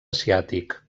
asiàtic